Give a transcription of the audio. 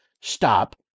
stop